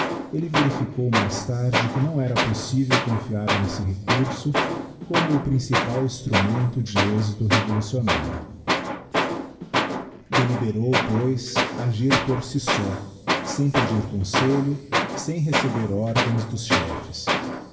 elle verificou mais tarde que não era possível confiar nesse recurso como o principal instrumento de êxito revolucionário deliberou pois agir por bi só sem pedir conselho sem receber ordens dos chefes